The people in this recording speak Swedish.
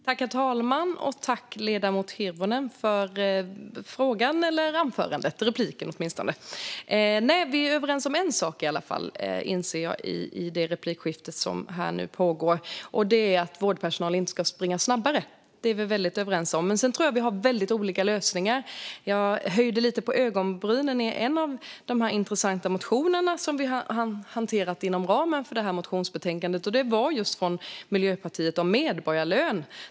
Herr talman! Tack, ledamoten Hirvonen, för frågan eller åtminstone för repliken! Vi är i alla fall överens om en sak, inser jag i det replikskifte som nu pågår, och det är att vårdpersonal inte ska springa snabbare. Det är vi väldigt överens om. Men sedan tror jag att vi har väldigt olika lösningar. Jag höjde lite på ögonbrynen när det gällde en av de intressanta motioner som vi har hanterat inom ramen för detta motionsbetänkande. Den var just från Miljöpartiet, och den handlade om medborgarlön.